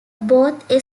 both